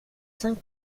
cinq